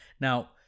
Now